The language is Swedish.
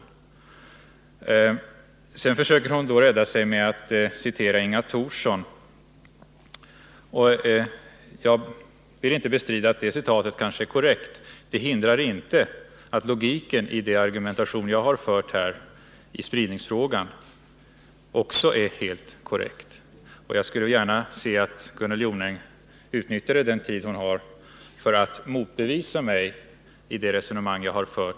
Gunnel Jonäng försöker rädda sig med att citera Inga Thorsson. Jag vill inte bestrida att det citatet kan vara korrekt. Men det hindrar inte att logiken i den argumentation jag fört i spridningsfrågan också är korrekt. Och jag skulle gärna se att Gunnel Jonäng utnyttjade den tid hon har för att motbevisa mig i det resonemanget.